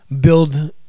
build